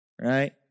right